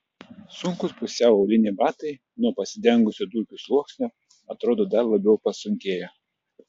sunkūs pusiau auliniai batai nuo pasidengusio dulkių sluoksnio atrodo dar labiau pasunkėjo